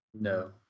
no